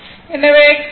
எனவே y x tan δ